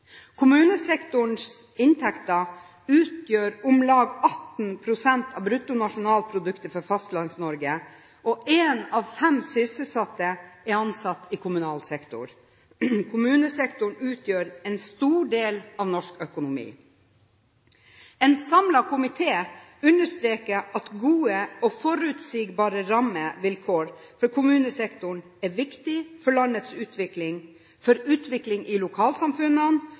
Kommunesektorens inntekter utgjør om lag 18 pst. av bruttonasjonalproduktet for Fastlands-Norge, og en av fem sysselsatte er ansatt i kommunal sektor. Kommunesektoren utgjør en stor del av norsk økonomi. En samlet komité understreker at gode og forutsigbare rammevilkår for kommunesektoren er viktig for landets utvikling, for utviklingen i lokalsamfunnene